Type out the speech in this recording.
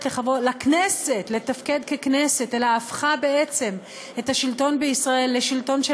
לכנסת לתפקד ככנסת אלא הפכה בעצם את השלטון בישראל לשלטון של